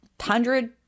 hundred